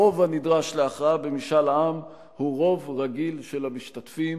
הרוב הנדרש להכרעה במשאל העם הוא רוב רגיל של המשתתפים.